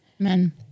Amen